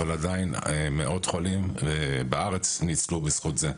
אבל עדיין מאות חולים בארץ ניצלו בזכות זה,